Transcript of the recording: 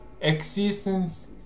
Existence